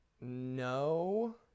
No